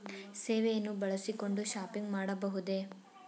ಸೇವೆಯನ್ನು ಬಳಸಿಕೊಂಡು ಶಾಪಿಂಗ್ ಮಾಡಬಹುದೇ?